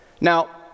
Now